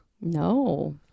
No